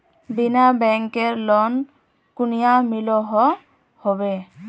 बिना बैंकेर लोन कुनियाँ मिलोहो होबे?